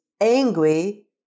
angry